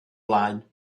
blaen